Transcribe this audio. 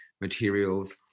materials